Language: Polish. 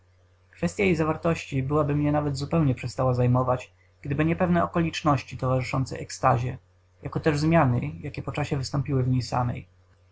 jej zawartości byłaby mnie nawet zupełnie przestała zajmować gdyby nie pewne okoliczności towarzyszące ekstazie jakoteż zmiany jakie po czasie wystąpiły w niej samej